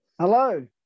Hello